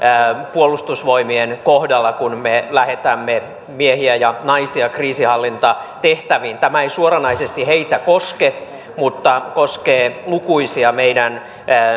puolustusvoimien kohdalla kun me lähetämme miehiä ja naisia kriisinhallintatehtäviin tämä ei suoranaisesti heitä koske mutta koskee lukuisia meidän